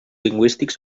lingüístics